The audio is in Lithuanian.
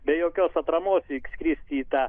be jokios atramos įskristi į tą